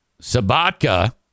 Sabatka